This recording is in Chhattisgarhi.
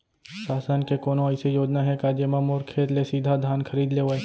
शासन के कोनो अइसे योजना हे का, जेमा मोर खेत ले सीधा धान खरीद लेवय?